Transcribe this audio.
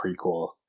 prequel